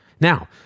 Now